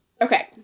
okay